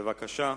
בבקשה.